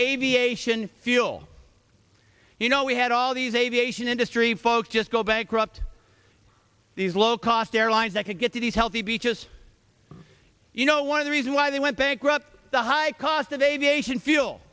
aviation fuel you know we had all these aviation industry folks just go bankrupt these low cost airlines that could get to these healthy beaches you know one of the reasons why they went bankrupt the high cost of aviation fuel